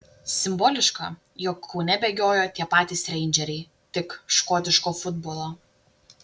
simboliška jog kaune bėgiojo tie patys reindžeriai tik škotiško futbolo